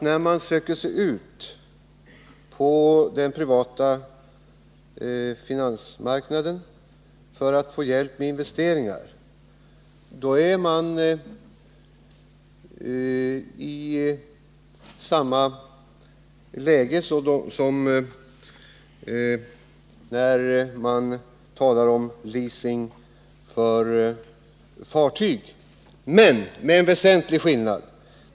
När man söker sig ut på den privata finansmarknaden för att få hjälp med investeringar för järnvägen är man i samma läge som när man leasar fartyg. Det finns emellertid en väsentlig skillnad.